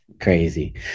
Crazy